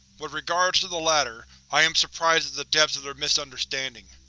with regards to the latter, i am surprised at the depths of their misunderstanding.